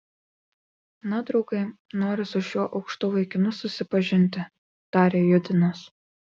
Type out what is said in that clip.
na draugai noriu su šiuo aukštu vaikinu susipažinti tarė judinas